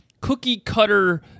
cookie-cutter